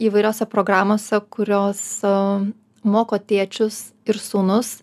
įvairiose programose kurios moko tėčius ir sūnus